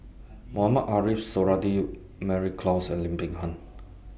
Mohamed Ariff Suradi Mary Klass and Lim Peng Han